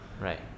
Right